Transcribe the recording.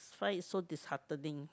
find it so disheartening